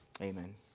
Amen